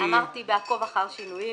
אמרתי ב"עקוב אחר שינויים"